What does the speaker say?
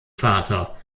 vater